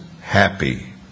happy